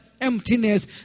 emptiness